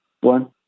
one